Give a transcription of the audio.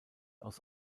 aus